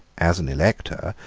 as an elector,